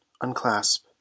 unclasp